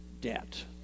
debt